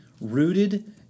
Rooted